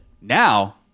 Now